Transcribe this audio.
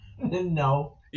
No